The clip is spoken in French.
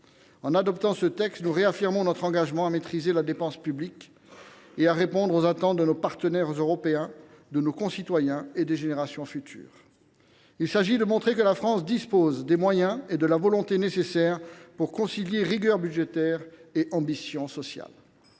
En adoptant ce texte, nous réaffirmerons notre engagement à maîtriser la dépense publique et à répondre aux attentes de nos partenaires européens, de nos concitoyens et des générations futures. Il s’agit de montrer que la France dispose des moyens et de la volonté nécessaires pour concilier rigueur budgétaire et ambition sociale.